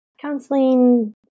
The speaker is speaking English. counseling